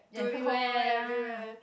to the whole everywhere